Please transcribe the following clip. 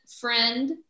friend